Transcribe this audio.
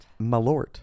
Malort